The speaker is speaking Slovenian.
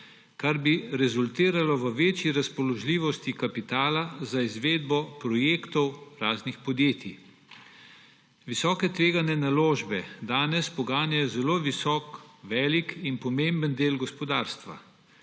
kar bi rezultiralo v večji razpoložljivosti kapitala za izvedbo projektov raznih podjetij. Visokotvegane naložbe danes poganjajo zelo visok, velik in pomemben del gospodarstva.